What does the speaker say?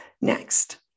Next